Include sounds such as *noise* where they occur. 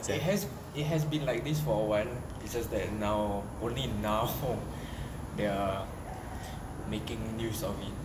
it has it has been like this for awhile only it's just that now *laughs* only now their making news of it